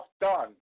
done